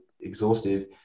exhaustive